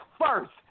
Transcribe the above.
first